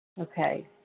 Okay